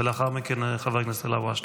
לאחר מכן, חבר הכנסת אלהואשלה.